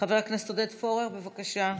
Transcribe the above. חבר הכנסת עודד פורר, בבקשה.